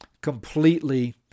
completely